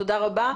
תודה רבה.